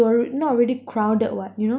touri~ not really crowded [what] you know